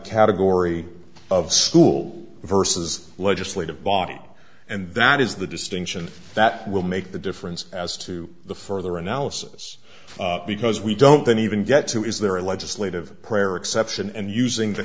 category of school versus legislative body and that is the distinction that will make the difference as to the further analysis because we don't even get to is there a legislative prayer exception and using the